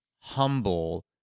humble